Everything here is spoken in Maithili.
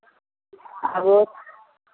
आबथु